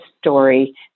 Story